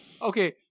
Okay